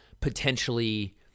potentially